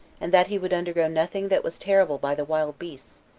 and that he would undergo nothing that was terrible by the wild beasts,